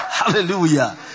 Hallelujah